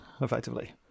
effectively